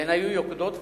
והן היו יוקדות וחודרות,